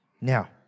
Now